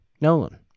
Nolan